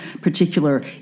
particular